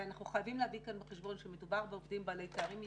ואנחנו חייבים להביא כאן בחשבון שמדובר בעובדים בעלי תארים מתקדמים,